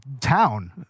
town